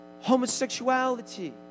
Homosexuality